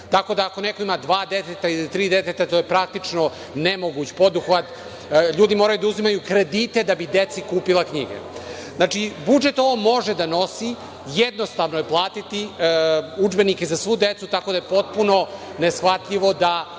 tako da ako neko ima dva deteta ili tri deteta, to je praktično nemoguć poduhvat. LJudi moraju da uzimaju kredite da bi deci kupila knjige. Znači, budžet ovo može da nosi, jednostavno je platiti udžbenike za svu decu, tako da je potpuno neshvatljivo da